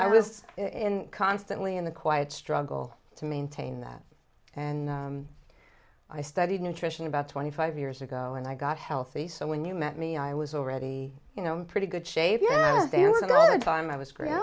i was in constantly in the quiet struggle to maintain that and i studied nutrition about twenty five years ago and i got healthy so when you met me i was already you know pretty good shape you know i was